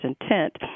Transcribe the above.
intent